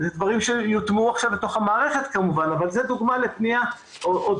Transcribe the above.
הוא איש יקר, יש